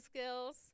skills